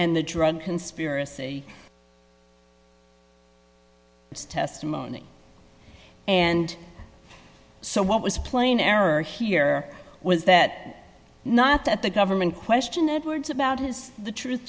and the drug conspiracy testimony and so what was plain error here was that not that the government question edwards about his the truth